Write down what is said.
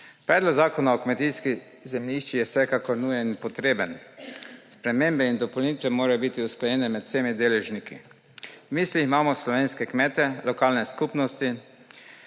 Predlog zakona o kmetijskih zemljiščih je vsekakor nujen in potreben, spremembe in dopolnitve morajo biti usklajene med vsemi deležniki. V mislih imamo slovenske kmete, lokalne skupnosti,